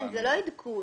זה לא עדכון.